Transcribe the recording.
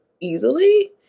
easily